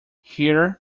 here